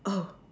oh